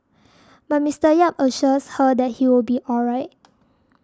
but Mister Yap assures her that he will be all right